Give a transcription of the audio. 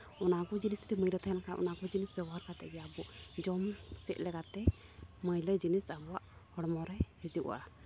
ᱚᱱᱟ ᱠᱚ ᱡᱤᱱᱤᱥ ᱛᱮ ᱢᱤᱞᱟᱹᱣ ᱛᱟᱦᱮᱱ ᱠᱷᱟᱡ ᱚᱱᱟ ᱠᱚ ᱡᱤᱱᱤᱥ ᱵᱮᱵᱚᱦᱟᱨ ᱠᱟᱛᱮᱫ ᱜᱮ ᱟᱵᱚ ᱡᱚᱢ ᱧᱩ ᱥᱮᱡ ᱞᱮᱠᱟᱛᱮ ᱢᱟᱹᱭᱞᱟᱹ ᱡᱚᱱᱚᱥ ᱟᱵᱚᱣᱟᱜ ᱦᱚᱲᱢᱚ ᱨᱮ ᱦᱤᱡᱩᱜᱼᱟ